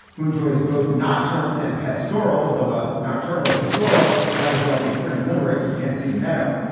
who enjoys both nocturnes and pastorally, though a nocturnal pastoral might as well be a frickin limerick. you can't see the meadow.